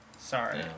Sorry